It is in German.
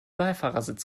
beifahrersitz